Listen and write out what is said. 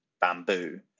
bamboo